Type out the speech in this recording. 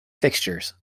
fixtures